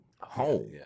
home